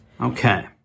Okay